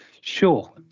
Sure